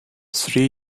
three